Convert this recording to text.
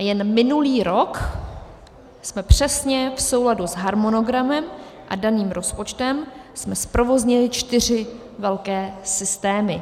Jen minulý rok jsme přesně v souladu s harmonogramem a daným rozpočtem zprovoznili čtyři velké systémy.